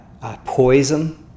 poison